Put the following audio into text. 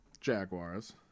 Jaguars